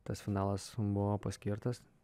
tas finalas buvo paskirtas